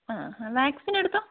ആ വാക്സിൻ എടുത്തോ